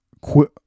quit